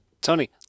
Tony